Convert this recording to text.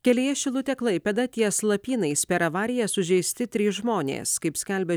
kelyje šilutė klaipėda ties lapynais per avariją sužeisti trys žmonės kaip skelbia